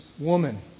woman